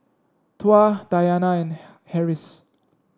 Tuah Dayana and Harris